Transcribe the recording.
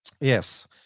yes